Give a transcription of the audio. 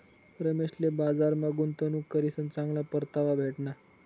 रमेशले बजारमा गुंतवणूक करीसन चांगला परतावा भेटना